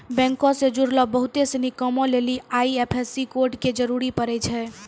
बैंको से जुड़लो बहुते सिनी कामो लेली आई.एफ.एस.सी कोड के जरूरी पड़ै छै